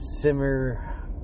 simmer